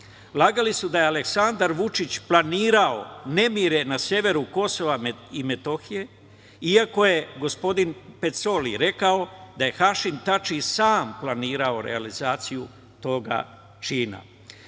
to. Lagali su da je Aleksandar Vučić planirao nemire na severu KiM, iako je gospodin Pecoli rekao da je Hašim Tači sam planirao realizaciju toga